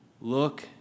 look